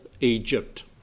egypt